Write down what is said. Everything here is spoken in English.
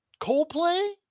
Coldplay